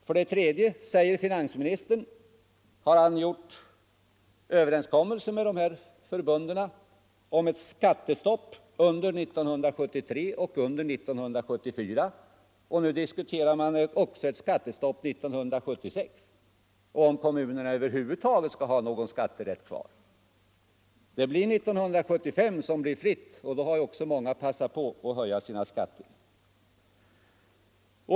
För det tredje säger finansministern att han träffat en överenskommelse med Landstingsförbundet och Kommunförbundet om ett skattestopp under 1973 och 1974, och nu diskuterar man också ett skattestopp under 1976, om kommunerna över huvud taget skall ha någon skatterätt kvar. Det blir 1975 som blir fritt, och då har också många kommuner passat på att höja skatten.